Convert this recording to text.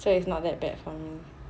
so it's not that bad for me